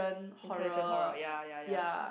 intelligent horror ya ya ya